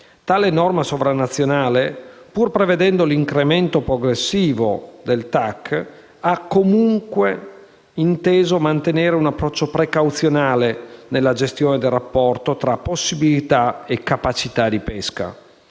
Tale norma sovranazionale, pur prevedendo l'incremento progressivo del Total Allowable Catch (TAC) ha inteso comunque mantenere un approccio precauzionale nella gestione del rapporto tra possibilità e capacità di pesca.